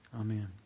Amen